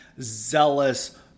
zealous